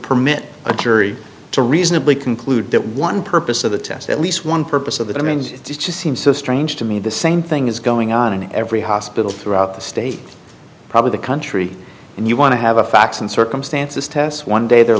permit a jury to reasonably conclude that one purpose of the test at least one purpose of the remains just seems so strange to me the same thing is going on in every hospital throughout the state probably the country and you want to have a facts and circumstances test one day they're